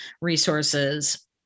resources